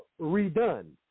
redone